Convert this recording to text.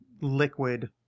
liquid